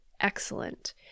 excellent